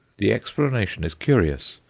the explanation is curious.